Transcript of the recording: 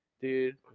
dude